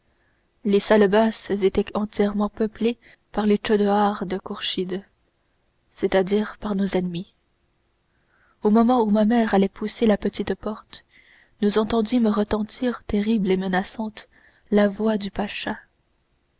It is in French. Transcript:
les salles basses étaient entièrement peuplées par les tchodoars de kourchid c'est-à-dire par nos ennemis au moment où ma mère allait pousser la petite porte nous entendîmes retentir terrible et menaçante la voix du